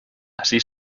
así